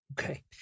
Okay